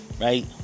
right